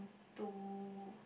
to